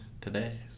today